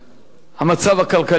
המצב הכלכלי הקשה,